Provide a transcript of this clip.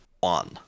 one